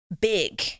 big